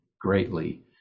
greatly